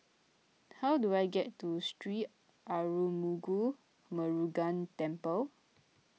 how do I get to Sri Arulmigu Murugan Temple